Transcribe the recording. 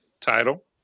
title